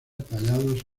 tallados